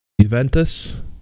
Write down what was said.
Juventus